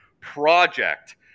project